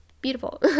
beautiful